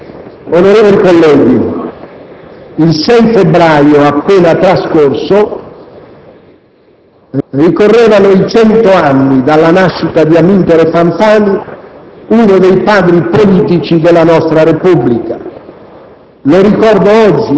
Onorevoli colleghi, il 6 febbraio appena trascorso ricorrevano i 100 anni dalla nascita di Amintore Fanfani, uno dei padri politici della nostra Repubblica.